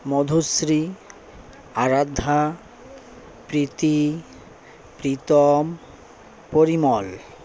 Madhushree Aradhya Preeti Pritam Parimal